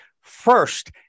first